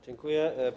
Dziękuję.